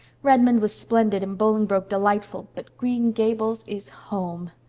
redmond was splendid and bolingbroke delightful but green gables is home.